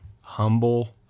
humble